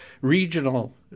regional